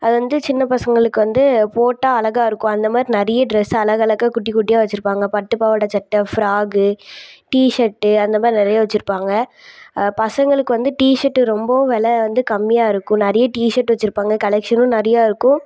அது வந்து சின்னப்பசங்களுக்கு வந்து போட்டால் அழகா இருக்கும் அந்த மாதிரி நிறைய ட்ரெஸ்ஸு அழகலகா குட்டி குட்டியாக வச்சிருப்பாங்க பட்டு பாவாடைச்சட்ட ஃப்ராகு டீ ஷர்ட்டு அந்த மாதிரி நிறைய வச்சிருப்பாங்க பசங்களுக்கு வந்து டீ ஷர்ட்டு ரொம்பவும் வெலை வந்து கம்மியாக இருக்கும் நிறைய டீ ஷர்ட்டு வச்சிருப்பாங்க கலெக்ஷனும் நிறையா இருக்கும்